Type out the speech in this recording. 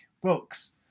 books